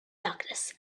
darkness